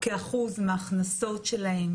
כאחוז מההכנסות שלהם,